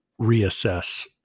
reassess